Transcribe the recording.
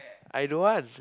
I don't want